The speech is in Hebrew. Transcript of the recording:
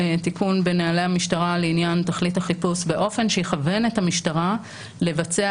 תיקון בנהלי המשטרה לעניין תכלית החיפוש באופן שיכוון את המשטרה לבצע